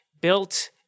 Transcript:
built